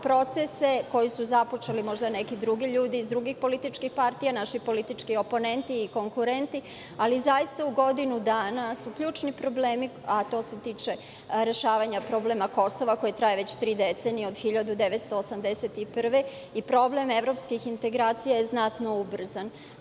procese koji su započeli neki drugi ljudi iz drugih političkih partija, naši politički oponenti i konkurenti, ali zaista u godinu dana su ključni problemi, a to se tiče rešavanja problema Kosova koji traje već tri decenije, od 1981. godine, i problem evropskih integracija je znatno ubrzan.Za